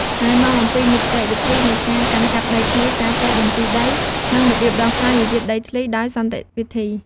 ណែនាំអំពីនីតិវិធីនៃការកាន់កាប់ដីធ្លី ការចុះបញ្ជីដី និងរបៀបដោះស្រាយវិវាទដីធ្លីដោយសន្តិវិធី។